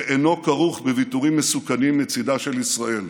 שאינו כרוך בוויתורים מסוכנים מצידה של ישראל.